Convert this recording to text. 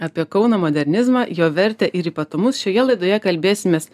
apie kauno modernizmą jo vertę ir ypatumus šioje laidoje kalbėsimės